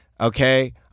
Okay